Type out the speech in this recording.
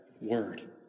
word